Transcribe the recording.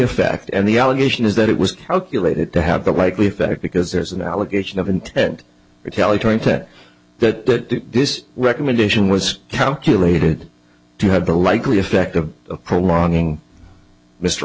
effect and the allegation is that it was ok elated to have the likely effect because there's an allegation of intent retaliatory tat that this recommendation was calculated to have the likely effect of prolonging mr